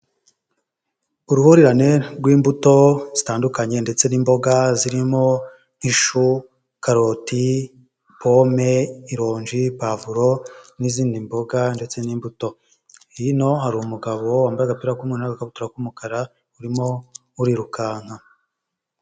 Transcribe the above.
Uruhurirane rw'imbuto zitandukanye ndetse n'imboga zirimo nk'ishu, karoti, pome, ironji, pavuro n'izindi mboga ndetse n'imbuto. Hino hari umugabo wambaye agapira k'umweru n'agakabutura k'umukara urimo urirukanka.